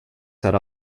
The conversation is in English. set